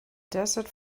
desert